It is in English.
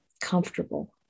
comfortable